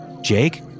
Jake